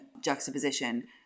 juxtaposition